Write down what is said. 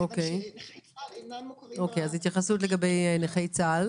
כיוון שנכי צה"ל אינם מוכרים --- התייחסות לגבי נכי צה"ל.